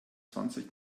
zwanzig